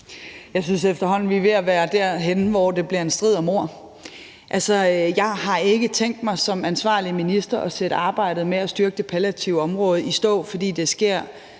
efterhånden, vi er ved at være derhenne, hvor det bliver en strid om ord. Jeg har ikke som ansvarlig minister tænkt mig at sætte arbejdet med at styrke det palliative område i stå, fordi det sker